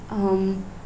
um